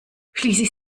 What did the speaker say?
schließlich